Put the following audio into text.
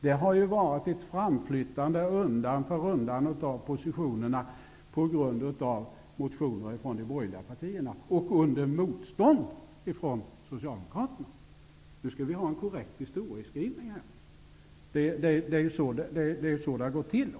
Det har varit ett framflyttande av positionerna undan för undan på grund av motioner från de borgerliga partierna, vilket skett under motstånd från Socialdemokraterna. Nu skall vi göra en korrekt historieskrivning. Det är på detta sätt det har gått till.